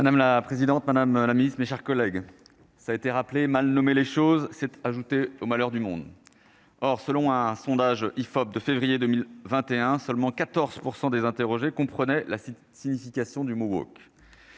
Madame la présidente, Madame la Ministre, mes chers collègues, ça a été rappelé : Mal nommer les choses c'est ajouter aux malheurs du monde, or, selon un sondage IFOP, de février 2021, seulement 14 % des interrogé comprenait la signification du Maroc.